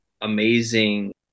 amazing